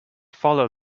follow